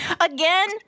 Again